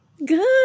Good